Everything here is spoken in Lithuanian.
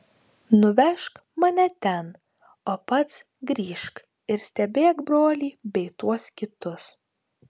nuvežk mane ten o pats grįžk ir stebėk brolį bei tuos kitus